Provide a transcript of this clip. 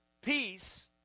peace